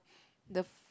the